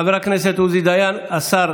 חבר הכנסת עוזי דיין, השר